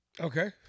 Okay